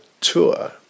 tour